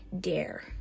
dare